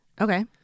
Okay